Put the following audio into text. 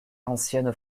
ancienne